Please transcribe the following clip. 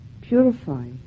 purify